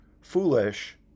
foolish